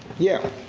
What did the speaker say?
yeah,